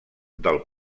del